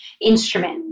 instrument